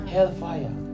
Hellfire